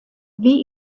wie